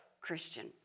Christian